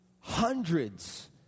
hundreds